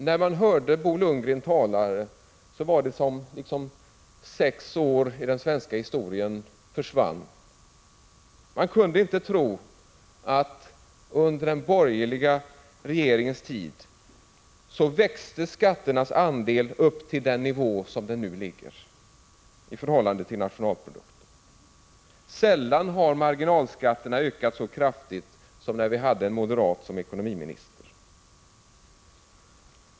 När man hörde Bo Lundgren tala var det som om sex år i den svenska historien försvann. Man kunde inte tro att skatternas andel under den borgerliga regeringens tid växte upp till den nivå där de nu ligger i förhållande till bruttonationalprodukten. Sällan har marginalskatterna ökat så kraftigt som när vi hade en moderat som ekonomiminister.